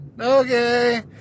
Okay